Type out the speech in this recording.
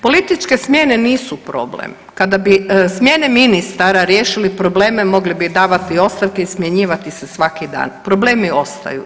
Političke smjene nisu problem, kada bi smjene ministara riješili probleme mogli bi davati ostavke i smjenjivati se svaki dan, problemi ostaju.